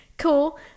cool